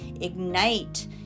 ignite